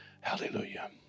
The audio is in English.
Hallelujah